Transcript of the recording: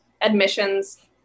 admissions